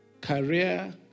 ...career